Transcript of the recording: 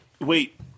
wait